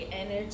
energy